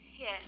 Yes